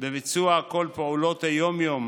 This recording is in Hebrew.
בביצוע כל פעולות היום-יום